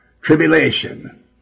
tribulation